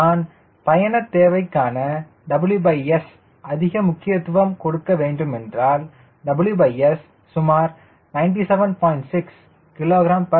நான் பயண தேவைக்கான WS அதிக முக்கியத்துவம் கொடுக்க வேண்டுமென்றால் WS சுமார் 97